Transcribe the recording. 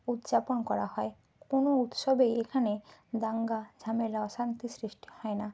উদযাপন করা হয় কোনও উৎসবেই এখানে দাঙ্গা ঝামেলা অশান্তির সৃষ্টি হয় না